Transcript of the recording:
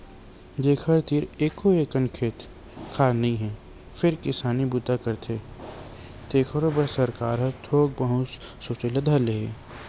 जेखर तीर एको अकन खेत खार नइ हे फेर किसानी बूता करथे तेखरो बर सरकार ह थोक बहुत सोचे ल धर ले हे